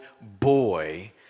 boy